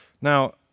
Now